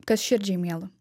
kas širdžiai miela